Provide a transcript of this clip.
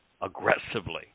aggressively